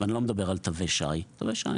אני לא מדבר על תווי שי; לגביהם,